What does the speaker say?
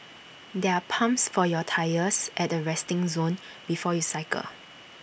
there are pumps for your tyres at the resting zone before you cycle